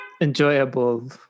enjoyable